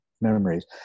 memories